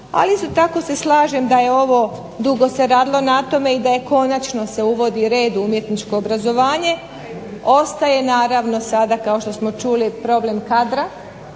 Ali isto tako se slažem da je ovo dugo se radilo na tome i da je konačno se uvodi red u umjetničko obrazovanje, ostaje naravno sada kao što smo čuli problem kadra